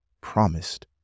promised